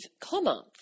comma